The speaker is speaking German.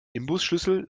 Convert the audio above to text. imbusschlüssel